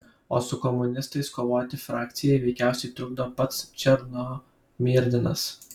o su komunistais kovoti frakcijai veikiausiai trukdo pats černomyrdinas